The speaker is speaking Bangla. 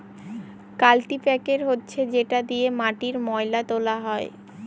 কাল্টিপ্যাকের হচ্ছে যেটা দিয়ে মাটির ময়লা তোলা হয়